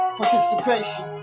participation